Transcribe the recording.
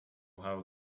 how